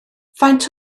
faint